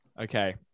Okay